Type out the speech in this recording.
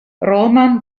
roman